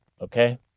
okay